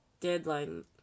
deadline